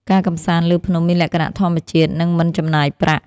ការកម្សាន្តលើភ្នំមានលក្ខណៈធម្មជាតិ និងមិនចំណាយប្រាក់។